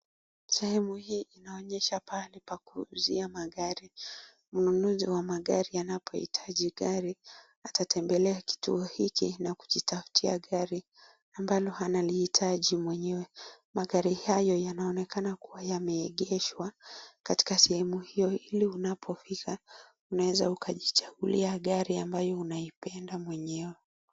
Sehemu hii inaonyesha pahali pa kuuzia magari. Mnunuzi wa magari anapohitaji gari, atatembelea kituo hiki na kujitafutia gari ambalo analihitaji mwenyewe. Magari hayo yaonekana kuwa yameegeshwa katika sehemu hiyo ili unapofika unaweza ukajichagulia gari ambayo unaipenda mwenyewe.